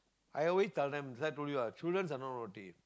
I always tell them as I told you ah students are not naughty